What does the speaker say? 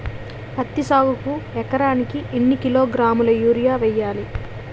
పత్తి సాగుకు ఎకరానికి ఎన్నికిలోగ్రాములా యూరియా వెయ్యాలి?